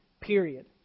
Period